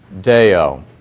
Deo